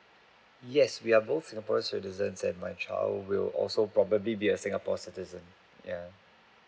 yes we are both singapore citizens and my child will also probably be a singapore citizen yeah